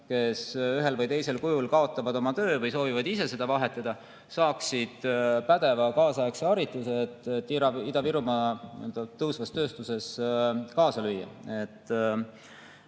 kes ühel või teisel kujul kaotavad oma töö või soovivad ise töökohta vahetada, peaksid saama pädeva kaasaegse hariduse, et Ida-Virumaa tõusvas tööstuses kaasa lüüa.